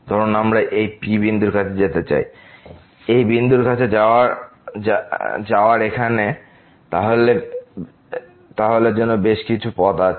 ধরুন আমরা এই Pবিন্দুর কাছে যেতে চাই এই বিন্দুর কাছে যাওয়ার এখানে তাহলে জন্য বেশ কিছু পথ আছে